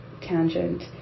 tangent